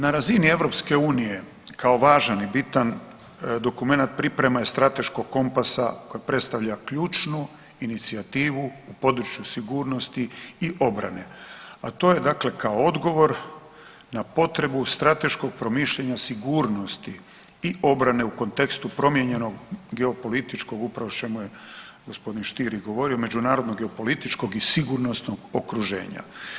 Na razini EU-a kao važan i bitan dokumenat, priprema je strateškog kompasa koja predstavlja ključnu inicijativu u području sigurnosti i obrane a to je dakle, kao odgovor na potrebu strateškog promišljanja sigurnosti i obrane u kontekstu promijenjenog geopolitičkog, upravo o čemu je gospodin Stier i govorio, međunarodnog i političkog i sigurnosnog okruženja.